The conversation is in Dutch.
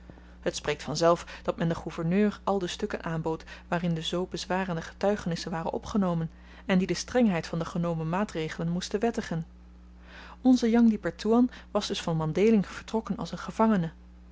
het spreekt vanzelf dat men den gouverneur al de stukken aanbood waarin de zoo bezwarende getuigenissen waren opgenomen en die de strengheid van de genomen maatregelen moesten wettigen onze jang di pertoean was dus van mandhéling vertrokken als een gevangene